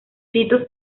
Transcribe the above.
titus